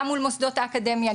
גם מול מוסדות האקדמיה,